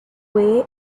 way